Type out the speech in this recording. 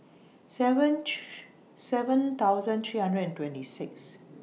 seven seven thousand three hundred and twenty Sixth